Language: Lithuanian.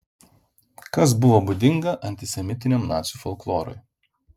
kas buvo būdinga antisemitiniam nacių folklorui